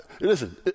Listen